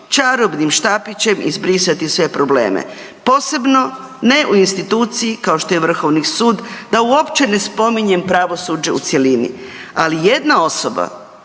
čarobni štapićem izbrisati sve probleme, posebno ne u instituciji kao što je Vrhovni sud, da uopće ne spominjem pravosuđe u cjelini, ali jedna osoba